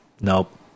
Nope